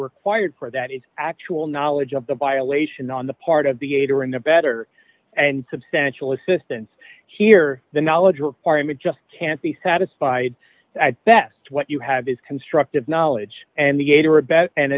required for that is actual knowledge of the violation on the part of the ada or in a better and substantial assistance here the knowledge requirement just can't be satisfied at best what you have is constructive knowledge and